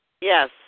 Yes